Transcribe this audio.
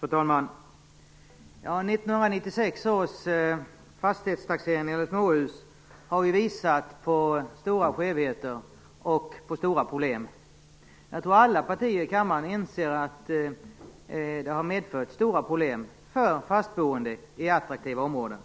Fru talman! 1996 års fastighetstaxering när det gäller småhus har visat på stora skevheter och problem. Jag tror att alla partier i kammaren inser att det har medfört stora problem för fastboende i attraktiva områden,